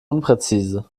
unpräzise